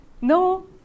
no